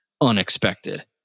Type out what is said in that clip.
unexpected